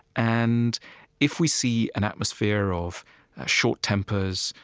and if we see an atmosphere of short tempers,